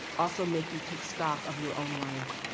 also make you take stock of your own life.